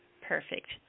Perfect